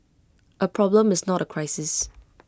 A problem is not A crisis